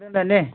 ꯑꯗꯨꯅꯅꯦ